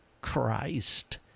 Christ